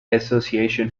association